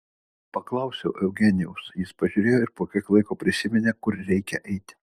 paklausiau eugenijaus jis pažiūrėjo ir po kiek laiko prisiminė kur reikia eiti